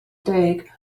deg